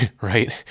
right